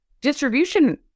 distribution